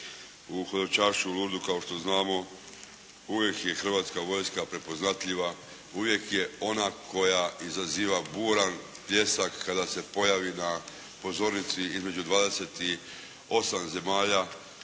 U hodočašću u Lourdesu kao što znamo uvijek je Hrvatska vojska prepoznatljiva, uvijek je ona koja izaziva buran pljesak kada se pojavi na pozornici između 28 zemalja